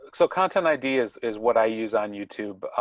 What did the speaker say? like so content ideas is what i use on youtube.